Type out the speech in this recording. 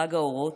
חג האורות,